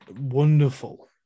wonderful